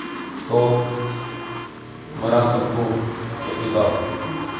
ꯇꯣꯞ ꯃꯣꯏꯔꯥꯡꯀꯝꯄꯨ ꯈꯦꯇ꯭ꯔꯤꯒꯥꯎ